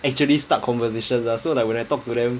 actually start conversations lah so like when I talk to them